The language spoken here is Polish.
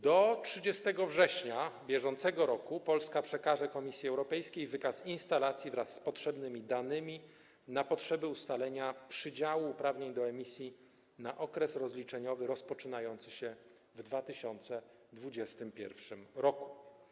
Do 30 września br. Polska przekaże Komisji Europejskiej wykaz instalacji wraz z potrzebnymi danymi w celu ustalenia przydziału uprawnień do emisji na okres rozliczeniowy rozpoczynający się w 2021 r.